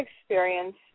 experience